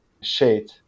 shade